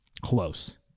Close